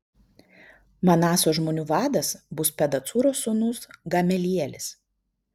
manaso žmonių vadas bus pedacūro sūnus gamelielis